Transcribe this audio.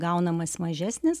gaunamas mažesnis